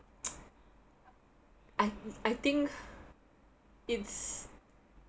I I think it's